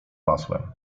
masłem